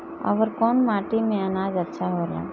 अवर कौन माटी मे अच्छा आनाज होला?